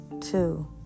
two